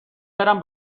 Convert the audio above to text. برم